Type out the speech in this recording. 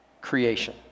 creation